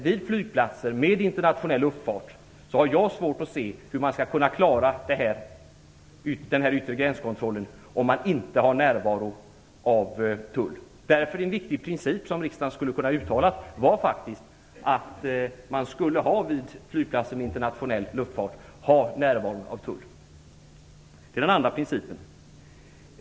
Vid flygplatser med internationell luftfart har jag helt klart svårt att se hur man skall kunna klara den yttre gränskontrollen om man inte har närvaro av tull. En viktig princip som skulle kunna uttalas var därför att man vid flygplatser med internationell luftfart skulle ha närvaro av tull. Det är den andra principen.